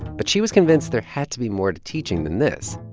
but she was convinced there had to be more to teaching than this.